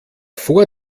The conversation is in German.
vor